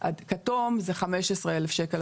והכתום זה 15,000 שקלים.